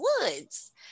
woods